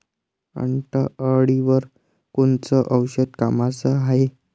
उंटअळीवर कोनचं औषध कामाचं हाये?